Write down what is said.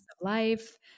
life